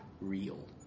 real